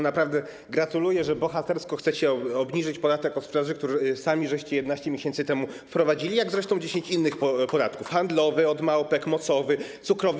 Naprawdę gratuluję, że bohatersko chcecie obniżyć podatek od sprzedaży, który sami 11 miesięcy temu wprowadziliście, jak zresztą 10 innych podatków: handlowy, od małpek, mocowy, cukrowy.